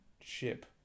ship